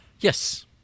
Yes